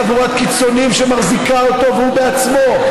חבורת קיצוניים שמחזיקה אותו והוא בעצמו.